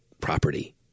property